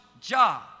job